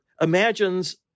imagines